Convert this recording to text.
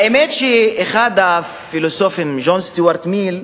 האמת, שאחד הפילוסופים, ג'ון סטיוארט מיל,